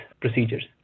procedures